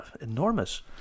enormous